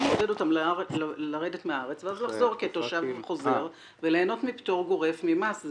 זה מעודד אותם לרדת מהארץ ואז לחזור כתושב חוזר וליהנות מפטור גורף ממס.